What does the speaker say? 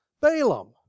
Balaam